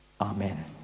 Amen